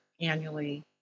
annually